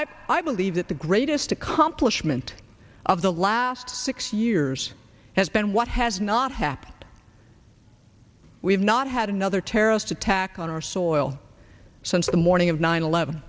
i i believe that the greatest accomplishment of the last six years has been what has not happened we've not had another terrorist attack on our soil since the morning of nine eleven